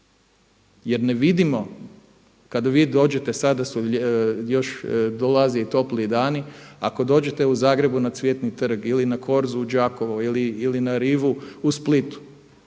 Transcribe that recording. Jer ne vidimo kada vi dođete sada, još dolaze i topliji dani, ako dođete u Zagrebu na Cvjetni trg ili na Korzu u Đakovo ili na rivu u Splitu,